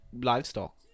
livestock